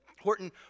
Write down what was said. Horton